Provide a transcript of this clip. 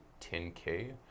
10k